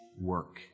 work